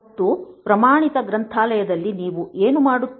ಮತ್ತು ಪ್ರಮಾಣಿತ ಗ್ರಂಥಾಲಯದಲ್ಲಿ ನೀವು ಏನು ಮಾಡುತ್ತೀರಿ